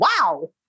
Wow